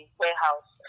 warehouse